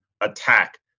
attack